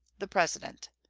the president.